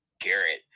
Garrett